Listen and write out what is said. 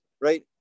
right